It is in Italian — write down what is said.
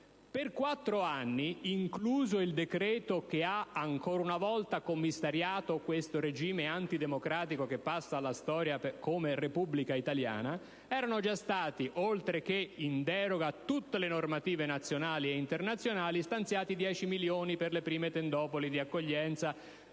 Per quattro anni, incluso il decreto che ha ancora una volta commissariato questo regime antidemocratico che passa alla storia come Repubblica italiana, erano già stati, in deroga a tutte le normative nazionali e internazionali, stanziati 10 milioni per le prime tendopoli di accoglienza